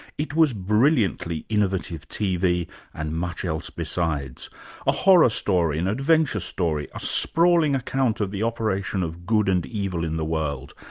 it was brilliantly innovative tv and much else besides a horror story, an adventure story, a sprawling account of the operation of good and evil in the world,